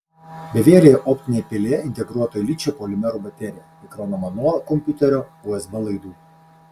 bevielėje optinėje pelėje integruota ličio polimerų baterija įkraunama nuo kompiuterio usb laidu